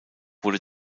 wurde